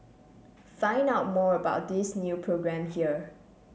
find out more about this new programme here